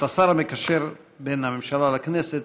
את השר המקשר בין הממשלה לכנסת,